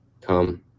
come